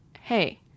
Hey